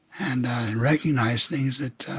and recognize things that